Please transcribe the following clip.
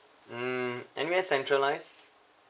mm anywhere centralized